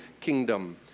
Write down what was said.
kingdom